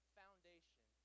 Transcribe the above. foundation